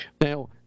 Now